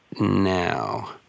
now